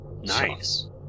Nice